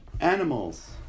animals